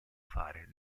fare